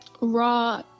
raw